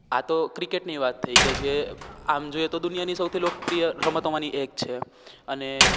આ તો ક્રિકેટની વાત થઈ કે જે આમ જોઈએ તો દુનિયાની સૌથી લોકપ્રિય રમતોમાંની એક છે અને